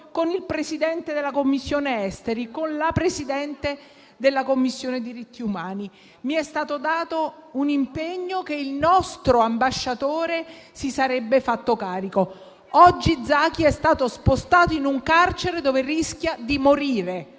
con il Presidente della Commissione esteri e con il Presidente della Commissione diritti umani. Mi è stato promesso che il nostro ambasciatore si sarebbe fatto carico del problema. Oggi Zaki è stato spostato in un carcere dove rischia di morire.